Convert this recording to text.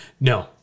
no